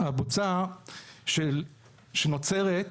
הבוצה שנוצרת